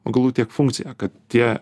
augalų tiek funkcija kad tie